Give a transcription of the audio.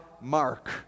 mark